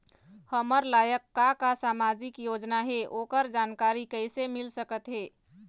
हमर लायक का का सामाजिक योजना हे, ओकर जानकारी कइसे मील सकत हे?